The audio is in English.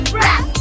rap